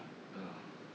uh